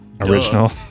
original